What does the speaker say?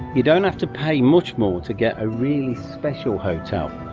you don't have to pay much more to get a really special hotel.